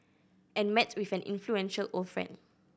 and met with an influential old friend